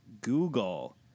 Google